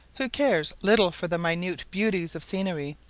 who cares little for the minute beauties of scenery,